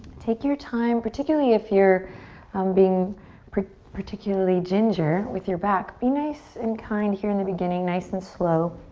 take your time, particularly if you're um being particularly ginger with your back, be nice and kind here in the beginning, nice and slow.